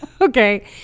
Okay